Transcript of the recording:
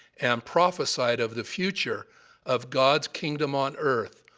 and prophesied of the future of god's kingdom on earth,